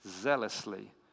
zealously